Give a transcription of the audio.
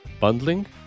bundling